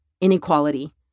inequality